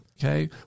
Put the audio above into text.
Okay